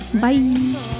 bye